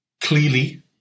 Clearly